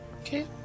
Okay